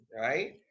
right